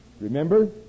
Remember